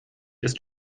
ist